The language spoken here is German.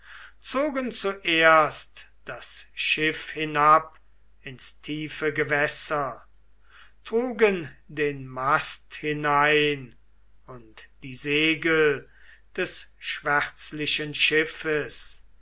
zogen zuerst das schiff hinab ins tiefe gewässer trugen den mast hinein und die segel des schwärzlichen schiffes